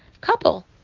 couple